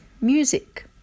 music